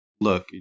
look